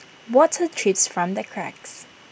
water drips from the cracks